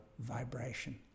vibration